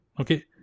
okay